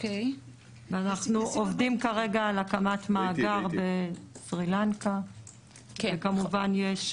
אנחנו עובדים כרגע על הקמת מאגר בסרי לנקה וכמובן שיש